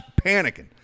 panicking